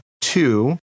Two